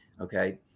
Okay